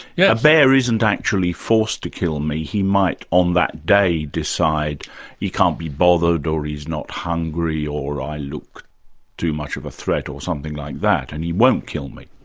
yeah a bear isn't actually forced to kill me he might on that day decide he can't be bothered, or he's not hungry, or i look too much of a threat, or something like that, and he won't kill me.